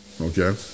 Okay